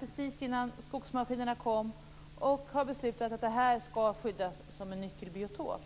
precis innan skogsmaskinerna kom och beslutade att den skulle skyddas som en nyckelbiotop.